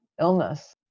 illness